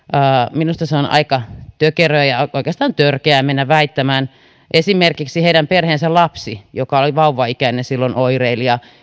minusta se on aika tökeröä ja oikeastaan törkeää mennä näin väittämään esimerkiksi heidän perheensä lapsi joka oli vauvaikäinen silloin oireili ja